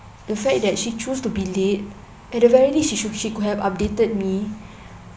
the fact that she choose to be late at the very least she should she could have updated me